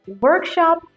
workshop